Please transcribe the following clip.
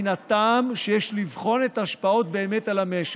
מן הטעם שיש לבחון באמת את ההשפעות על המשק,